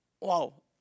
Wow